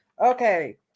Okay